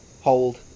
hold